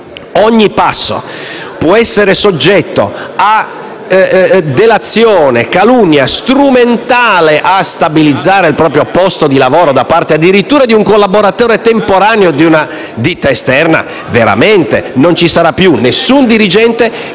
ogni passo può essere soggetto a delazione o calunnia strumentate a stabilizzare il proprio posto di lavoro, addirittura di un collaboratore temporaneo di una ditta esterna, non ci sarà alcun dirigente